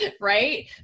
Right